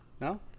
No